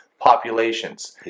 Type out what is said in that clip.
populations